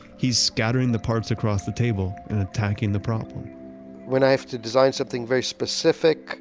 he's scattering the parts across the table and attacking the problem when i have to design something very specific